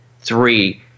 three